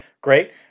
Great